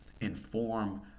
inform